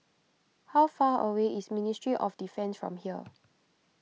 how far away is Ministry of Defence from here